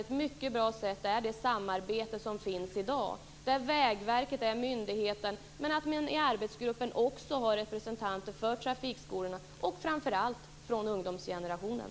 Ett mycket bra sätt är det samarbete som finns i dag mellan Vägverket och representanter för trafikskolorna och från ungdomsgenerationen i den tillsatta arbetsgruppen.